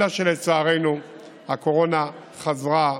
אלא שלצערנו הקורונה חזרה,